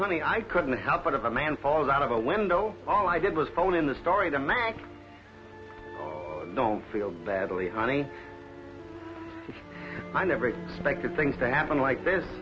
honey i couldn't help but of a man fall out of a window all i did was phone in the story the man don't feel badly honey i never expected things to happen like this